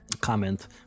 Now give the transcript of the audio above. comment